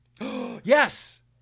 Yes